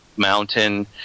mountain